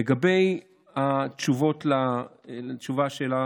לגבי התשובה על השאלה